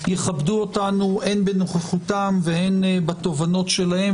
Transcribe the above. יכבדו אותנו הן בנוכחותם והן בתובנות שלהם.